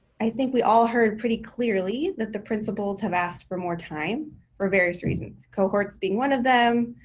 i think we all heard pretty clearly that the principals have asked for more time for various reasons. cohorts being one of them,